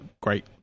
great